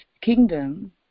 kingdom